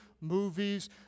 movies